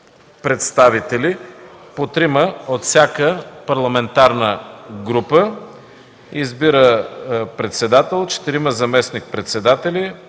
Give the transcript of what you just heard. представители – по трима от всяка парламентарна група. 2. Избира председател, четирима заместник-председатели